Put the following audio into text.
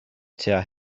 tua